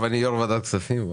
לא.